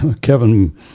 Kevin